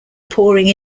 pouring